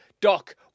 Doc